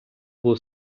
був